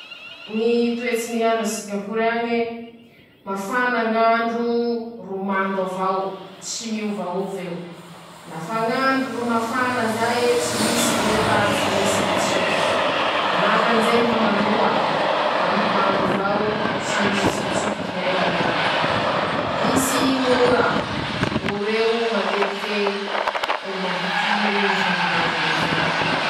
Ñy toetsy ny ñ'andro a Singaporo añe: Mafana ñ'nadro ro mando avao, tsy miovaova eo, lafa ñ'andro ro mafana zay e tsy misy ñ'ora, tsy misy ñy tsioky, manahakan'izay ñy hamandoa, mandomando avao, tsy misy tsiotsioky hiaiña ñañy, misy ñ'ora, ora eo ro matetike ro mampitiry ñy fambolea ndrozy añy.